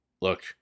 Look